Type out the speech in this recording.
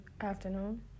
afternoon